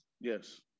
Yes